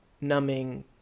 numbing